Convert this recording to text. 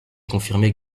confirmée